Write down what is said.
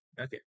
Okay